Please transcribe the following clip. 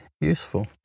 useful